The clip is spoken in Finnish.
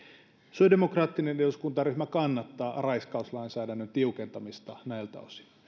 sosiaalidemokraattinen eduskuntaryhmä kannattaa raiskauslainsäädännön tiukentamista näiltä osin